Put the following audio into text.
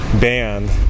band